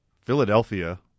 Philadelphia